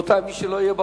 רבותי, מי שלא יהיה באולם,